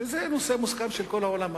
שזה נושא מוסכם על כל העולם הערבי.